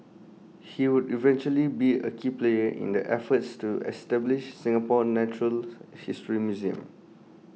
he would eventually be A key player in the efforts to establish Singapore's natural history museum